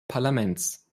parlaments